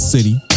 City